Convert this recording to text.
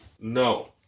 No